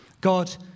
God